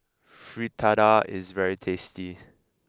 Fritada is very tasty